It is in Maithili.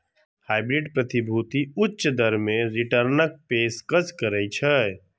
हाइब्रिड प्रतिभूति उच्च दर मे रिटर्नक पेशकश करै छै